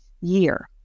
year